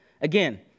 Again